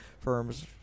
firms